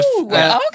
okay